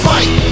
Fight